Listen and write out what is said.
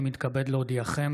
אני מתכבד להודיעכם,